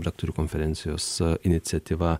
rektorių konferencijos iniciatyva